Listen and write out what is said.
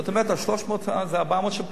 כלומר, ה-300 היום זה 400 של פעם.